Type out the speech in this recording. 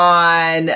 on